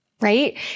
right